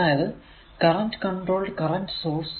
അതായതു current controlled current source